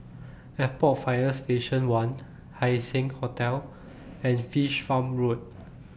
Airport Fire Station one Haising Hotel and Fish Farm Road